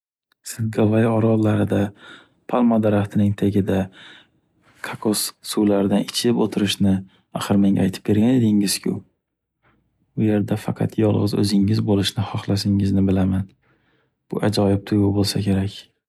Siz Gavaiy orollarida, palma daraxtining tagida kokos suvlaridan ichib o’tirishni axir menga aytib bergan edingizku. U yerda faqat yolg’iz o’zingiz bo’lishni xohlashingizni bilaman. Bu ajoyib tuyg’u bo’lsa kerak.